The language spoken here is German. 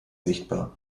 sichtbar